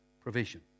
provision